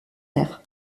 air